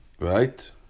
Right